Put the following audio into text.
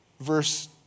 Verse